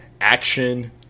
action